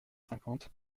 cinquante